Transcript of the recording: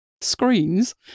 Screens